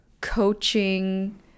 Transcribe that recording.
coaching